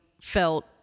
felt